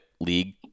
league